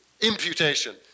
Imputation